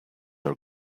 are